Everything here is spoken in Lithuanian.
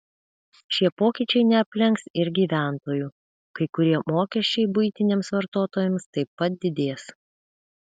šie pokyčiai neaplenks ir gyventojų kai kurie mokesčiai buitiniams vartotojams taip pat didės